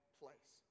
place